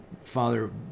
Father